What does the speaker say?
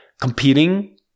competing